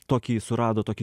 tokį surado tokį